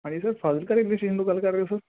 ਹਾਂਜੀ ਸਰ ਫਾਜ਼ਿਲਕਾ ਗੱਲ ਕਰ ਰਹੇ ਹੋ ਸਰ